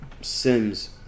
Sims